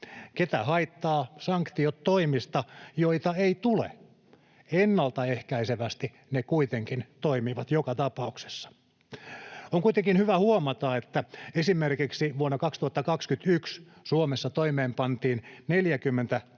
Ketä haittaavat sanktiot toimista, joita ei tule? Ennaltaehkäisevästi ne kuitenkin toimivat joka tapauksessa. On kuitenkin hyvä huomata, että esimerkiksi vuonna 2021 Suomessa toimeenpantiin 48